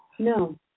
No